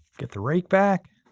get the rake back.